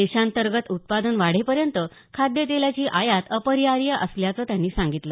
देशांतर्गत उत्पादन वाढेपर्यंत खाद्यतेलाची आयात अपरिहार्य असल्याचं त्यांनी सांगितलं